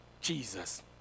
Jesus